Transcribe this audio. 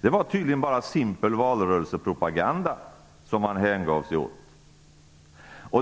Det var tydligen bara simpel valrörelsepropaganda de hängav sig åt.